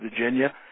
Virginia